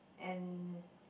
and